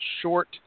short